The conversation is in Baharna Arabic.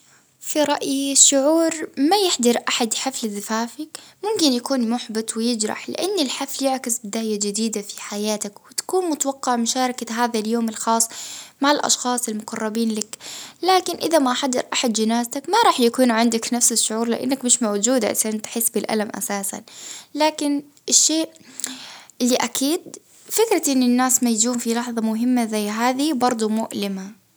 في رأيي شعور ما يحضر أحد حفل زفافك، ممكن يكون محبط ويجرح، لأن الحفل يعكس بداية جديدة في حياتك، وتكون متوقع مشاركة هذا اليوم الخاص مع الأشخاص المقربين لك، لكن إذا ماحضر أحد جنازتك ما راح يكون عندك نفس الشعور، لإنك مش موجود عشان تحس بالألم إساسا، لكن الشيء اللي أكيد فكرة إن الناس ما يجون في لحظة مهمة زي هذي برضو مؤلمة.